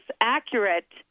accurate